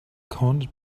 corned